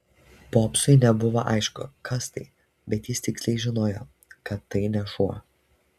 popsui nebuvo aišku kas tai bet jis tiksliai žinojo kad tai ne šuo